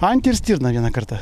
antį ir stirną vieną kartą